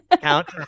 Count